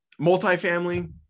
Multifamily